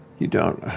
you don't